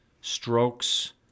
strokes